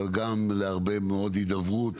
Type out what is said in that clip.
אבל גם להרבה מאוד הידברות